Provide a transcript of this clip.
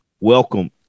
welcome